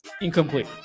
Incomplete